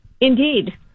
Indeed